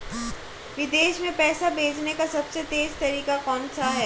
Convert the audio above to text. विदेश में पैसा भेजने का सबसे तेज़ तरीका कौनसा है?